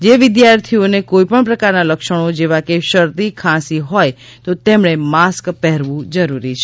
જે વિદ્યાર્થીઓને કોઈપણ પ્રકારના લક્ષણો જેવા કે શરદી ખાંસી હોય તો તેમણે માસ્ક પહેરવું જરૂરી છે